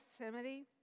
Gethsemane